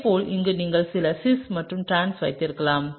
இதேபோல் இங்கே நீங்கள் சிஸ் மற்றும் டிரான்ஸ் வைத்திருக்கலாம்